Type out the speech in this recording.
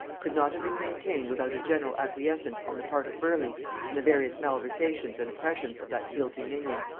could not have been maintained without a general acquiescence on the part of burleigh in the various malversations and oppressions of that guilty minion.